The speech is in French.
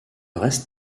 reste